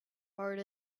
hard